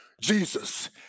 Jesus